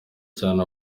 cyane